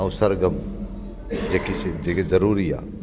ऐं सरगम जेकी जेके शइ ज़रूरी झे